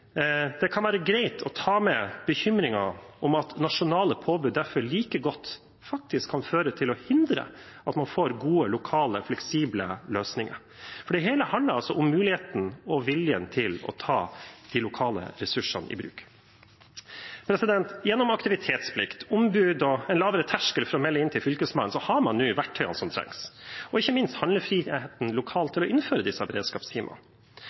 kan det være greit å ta med bekymringen om at nasjonale påbud derfor faktisk like godt kan hindre at man får gode lokale og fleksible løsninger. Det hele handler om muligheten og viljen til å ta de lokale ressursene i bruk. Gjennom aktivitetsplikt, ombud og en lavere terskel for å melde inn til Fylkesmannen har man nå verktøyene som trengs – og ikke minst handlefriheten lokalt – til å innføre disse